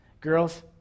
girls